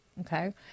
Okay